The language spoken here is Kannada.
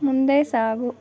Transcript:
ಮುಂದೆ ಸಾಗು